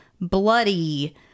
bloody